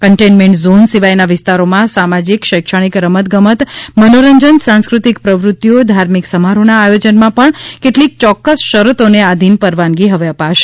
containment zone સિવાયના વિસ્તારોમાં સામાજિક શૈક્ષણિક રમત ગમત મનોરંજન સાંસ્કૃતિક પ્રવૃત્તિઓ ધાર્મિક સમારોહના આયોજનમાં પણ કેટલીક યોક્ક્સ શરતોને આધીન પરવાનગી હવે અપાશે